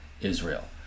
Israel